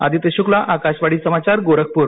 आदित्य षुक्ला आकाषवाणी समाचार गोरखपुर